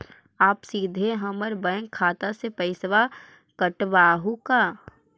आप सीधे हमर बैंक खाता से पैसवा काटवहु का?